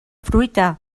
fruita